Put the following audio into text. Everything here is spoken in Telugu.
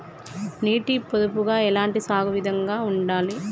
నీటి పొదుపుగా ఎలాంటి సాగు విధంగా ఉండాలి?